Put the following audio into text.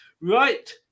Right